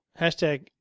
Hashtag